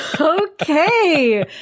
Okay